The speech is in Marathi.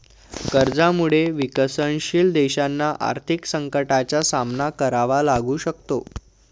कर्जामुळे विकसनशील देशांना आर्थिक संकटाचा सामना करावा लागू शकतो